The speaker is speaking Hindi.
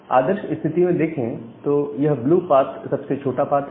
आदर्श स्थिति में देखें तो यह ब्लू पाथ सबसे छोटा पाथ है